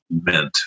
meant